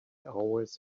always